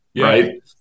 right